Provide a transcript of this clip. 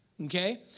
Okay